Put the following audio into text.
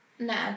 No